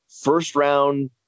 first-round